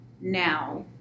now